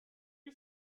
you